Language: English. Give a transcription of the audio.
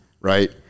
right